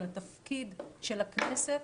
על התפקיד של הכנסת,